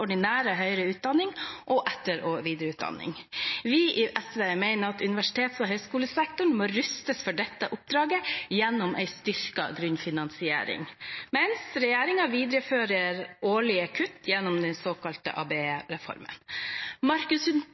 høyere utdanning og etter- og videreutdanning. Vi i SV mener at universitets- og høyskolesektoren må rustes for dette oppdraget gjennom en styrket grunnfinansiering, mens regjeringen viderefører årlige kutt gjennom den såkalte